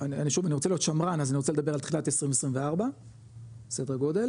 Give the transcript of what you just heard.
אני שוב אני רוצה להיות שמרן אז אני רוצה לדבר על תחילת 2024 סדר גודל,